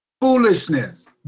foolishness